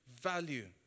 value